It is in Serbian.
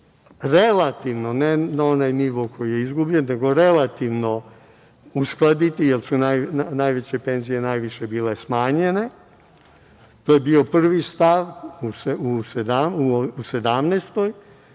relativno, ne na onaj nivo koji je izgubljen, nego relativno uskladiti jer su najveće penzije najviše bile smanjene. To je bio prvi stav u 2017.